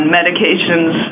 medications